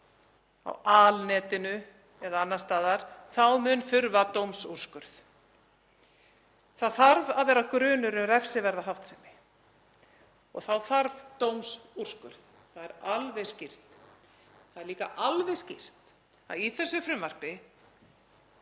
á alnetinu eða annars staðar, þá mun þurfa dómsúrskurð. Það þarf að vera grunur um refsiverða háttsemi og þá þarf dómsúrskurð. Það er alveg skýrt. Það er líka alveg skýrt að í þessu frumvarpi